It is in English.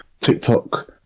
TikTok